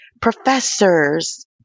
professors